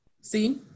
See